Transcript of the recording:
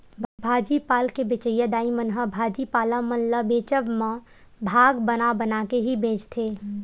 भाजी पाल के बेंचइया दाई मन ह भाजी पाला मन ल बेंचब म भाग बना बना के ही बेंचथे